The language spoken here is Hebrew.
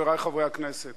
חברי חברי הכנסת,